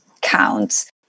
counts